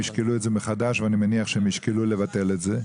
ישקלו שוב ואני מניח שהם ישקלו לבטל את זה.